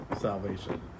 salvation